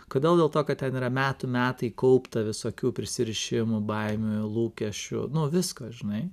kodėl dėl to kad ten yra metų metai kaupta visokių prisirišimų baimių lūkesčių nu visko žinai